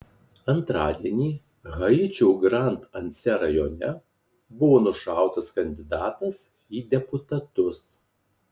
antradienį haičio grand anse rajone buvo nušautas kandidatas į deputatus